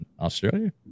Australia